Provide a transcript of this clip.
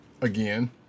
Again